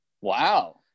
wow